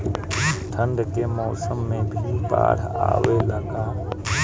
ठंडा के मौसम में भी बाढ़ आवेला का?